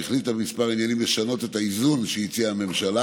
והחליטה בכמה עניינים לשנות את האיזון שהציעה הממשלה